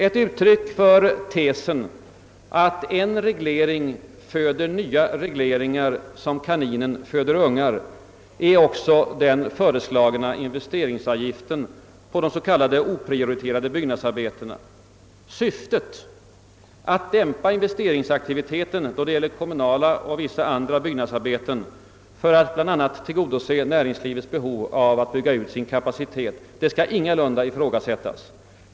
Ett uttryck för tesen att en reglering föder nya regleringar som kaninen föder ungar är också den föreslagna investeringsavgiften på s.k. oprioriterade byggnadsarbeten. Syftet att dämpa investeringsaktiviteten då det gäller kommunala och vissa andra byggnadsarbeten för att bl.a. tillgodose näringslivets behov av att utbygga sin kapacitet skall ingalunda ifrågasättas.